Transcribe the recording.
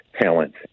talent